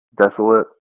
desolate